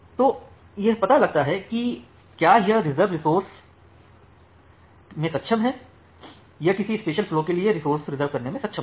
तो यह पता लगाता है कि क्या यह रिज़र्व रिसोर्स में सक्षम है या यह किसी स्पेशल फ्लो के लिए रिसोर्स रिज़र्व करने में सक्षम होगा